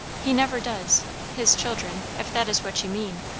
he never does his children if that is what you mean.